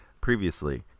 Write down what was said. previously